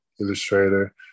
illustrator